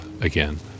again